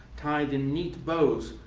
tied in neat bows,